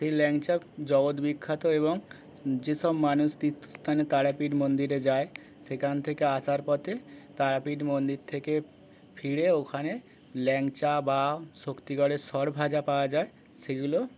সেই ল্যাংচা জগত বিখ্যাত এবং যেসব মানুষ তীর্থস্থানে তারাপীঠ মন্দিরে যায় সেখান থেকে আসার পথে তারাপীঠ মন্দির থেকে ফিরে ওখানে ল্যাংচা বা শক্তিগড়ের সরভাজা পাওয়া যায় সেগুলো